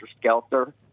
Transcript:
Skelter